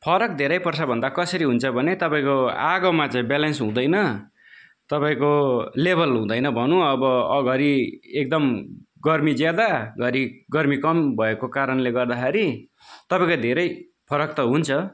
फरक धेरै पर्छ भन्दा कसरी हुन्छ भने तपाईँको आगोमा चाहिँ ब्यालेन्स हुँदैन तपाईँको लेभल हुँदैन भनौँ अब अगाडि एकदम गर्मी ज्यादा घरी गर्मी कम भएको कारणले गर्दाखेरि तपाईँको धेरै फरक त हुन्छ